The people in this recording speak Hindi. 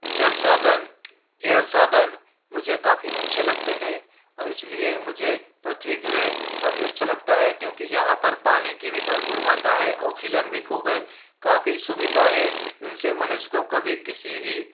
जल साधन एयर साधन मुझे काफ़ी अच्छे लगते हैं और इस लिए मुझे पृथ्वी ग्रह काफ़ी अच्छा लगता है क्योंकि यहाँ पर पानी की भी भरपूर मात्रा है ऑक्सीजन भी ख़ूब है काफ़ी सुविधा है इन से मनुष्य को कभी किसी भी